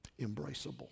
Embraceable